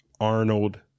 Arnold